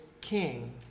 king